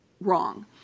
wrong